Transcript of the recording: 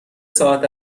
ساعت